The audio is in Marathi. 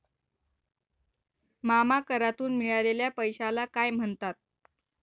मामा करातून मिळालेल्या पैशाला काय म्हणतात?